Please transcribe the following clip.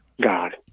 God